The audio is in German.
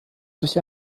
durch